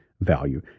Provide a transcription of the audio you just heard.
value